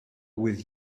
with